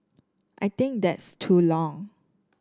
I think that's too long